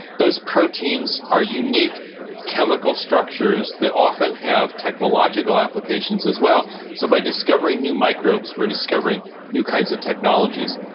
those proteins are unique chemical structures that often have technological applications as well, so by discovering new microbes we are discovering new kinds of technologies.